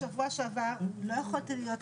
אני בשבוע שעבר לא יכולתי להיות,